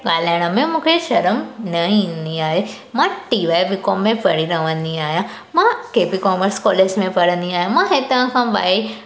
ॻाल्हाइण में मूंखे शर्म न ईंदी आहे मां टी वाइ बी कॉम में पढ़ी रहंदी आहियां मां के पी कॉमर्स कॉलेज में पढ़ंदी आहियां मां हितां खां ॿाहिरि